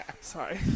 Sorry